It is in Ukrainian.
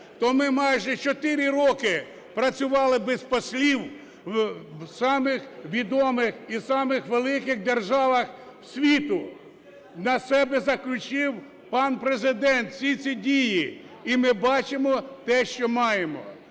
то ми майже 4 роки працювали без послів в самих відомих і самих великих державах світу. На себе заключив пан Президент всі ці дії. І ми бачимо те, що маємо.